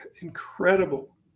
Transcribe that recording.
incredible